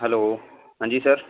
hello ہاں جی سر